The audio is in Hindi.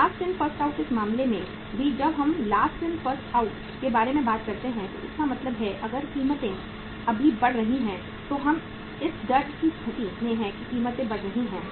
लास्ट इन फ़र्स्ट आउट इस मामले में भी जब हम लास्ट इन फ़र्स्ट आउट के बारे में बात करते हैं तो इसका मतलब है अगर कीमतें अभी बढ़ रही हैं तो हम इस डर की स्थिति में हैं कि कीमतें बढ़ रही हैं